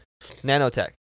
Nanotech